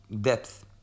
Depth